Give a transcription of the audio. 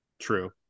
True